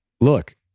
Look